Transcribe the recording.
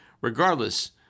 regardless